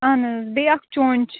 اہن حظ بیٚیہِ اَکھ چونٛچہِ